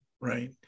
Right